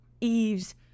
Eve's